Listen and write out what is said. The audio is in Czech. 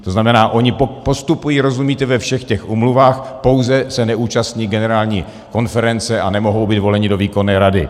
To znamená, ony postupují, rozumíte, ve všech těch úmluvách, pouze se neúčastní Generální konference a nemohou být voleny do výkonné rady.